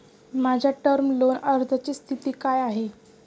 माझ्या term loan अर्जाची स्थिती काय आहे?